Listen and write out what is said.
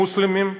המוסלמים,